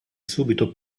subito